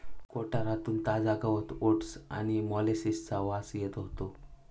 कोठारातून ताजा गवत ओट्स आणि मोलॅसिसचा वास येत होतो